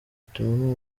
bituma